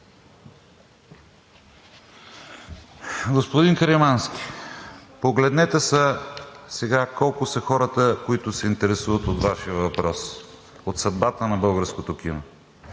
Господин Каримански, погледнете сега колко са хората, които се интересуват от Вашия въпрос, от съдбата на българското кино.